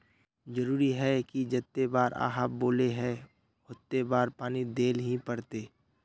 जरूरी है की जयते बार आहाँ बोले है होते बार पानी देल ही पड़ते?